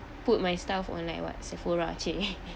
put my staff on like what sephora